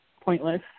pointless